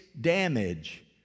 damage